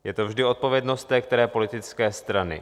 Je to vždy odpovědnost té které politické strany.